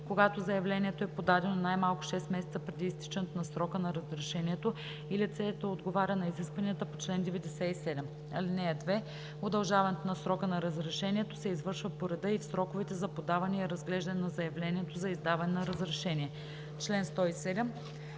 когато заявлението е подадено най-малко 6 месеца преди изтичането на срока на разрешението и лицето отговаря на изискванията по чл. 97. (2) Удължаването на срока на разрешението се извършва по реда и в сроковете за подаване и разглеждане на заявлението за издаване на разрешение.“ По чл.